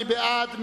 מי בעד?